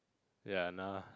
ya now